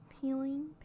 peeling